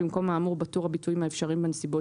במקום האמור בטור "הביטויים האפשריים בנסיבות"